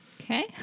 Okay